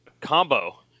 combo